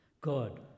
God